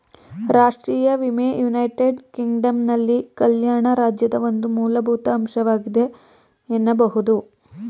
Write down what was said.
ರಾಷ್ಟ್ರೀಯ ವಿಮೆ ಯುನೈಟೆಡ್ ಕಿಂಗ್ಡಮ್ನಲ್ಲಿ ಕಲ್ಯಾಣ ರಾಜ್ಯದ ಒಂದು ಮೂಲಭೂತ ಅಂಶವಾಗಿದೆ ಎನ್ನಬಹುದು